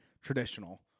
traditional